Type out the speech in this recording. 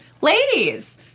Ladies